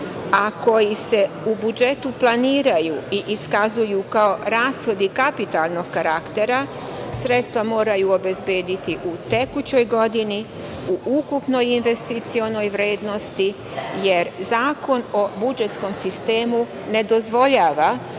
a koji se u budžetu planiraju i iskazuju kao rashodi kapitalnog karaktera, sredstva moraju obezbediti u tekućoj godini u ukupnoj investicionoj vrednosti, jer Zakon o budžetskom sistemu ne dozvoljava